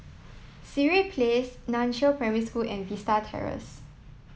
Sireh Place Nan Chiau Primary School and Vista Terrace